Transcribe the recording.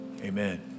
amen